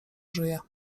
żyje